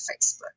Facebook